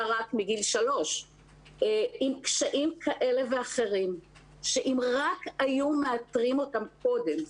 רק מגיל שלוש והם עם קשיים כאלה ואחרים שאם רק היו מאתרים אותם קודם,